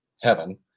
heaven